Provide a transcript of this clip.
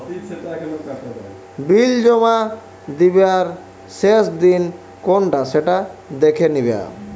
বিল জমা দিবার শেষ দিন কোনটা সেটা দেখে নিবা